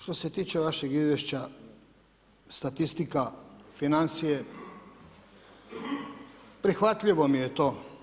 Što se tiče vašeg izvješća, statistika, financije, prihvatljivo mi je to.